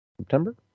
september